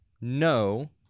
no